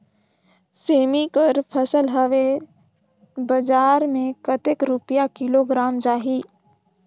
सेमी के फसल हवे बजार मे कतेक रुपिया किलोग्राम जाही?